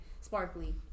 sparkly